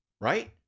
right